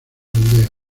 aldeas